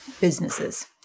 businesses